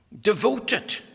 Devoted